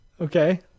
Okay